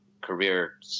career